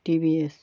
TVS